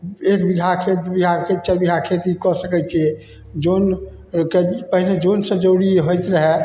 एक बिगहा खेत दुइ बिगहा खेत चारि बिगहा खेती कऽ सकै छिए जनके पहिने जनसे जरूरी होइत रहै